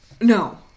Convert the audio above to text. No